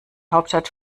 hauptstadt